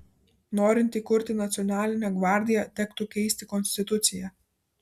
norint įkurti nacionalinę gvardiją tektų keisti konstituciją